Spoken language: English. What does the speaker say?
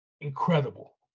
incredible